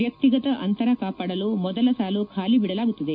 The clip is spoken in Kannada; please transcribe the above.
ವ್ಯಕ್ತಿಗತ ಅಂತರ ಕಾಪಾಡಲು ಮೊದಲ ಸಾಲು ಖಾಲಿ ಬಿಡಲಾಗುತ್ತದೆ